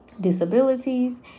disabilities